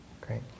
great